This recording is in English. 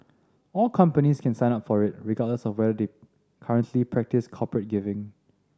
all companies can sign up for it regardless of whether they currently practise corporate giving